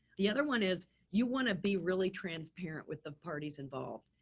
the other one is you want to be really transparent with the parties involved.